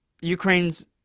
Ukraine's